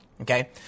Okay